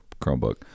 Chromebook